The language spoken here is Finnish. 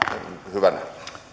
hyvänä